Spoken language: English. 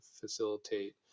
facilitate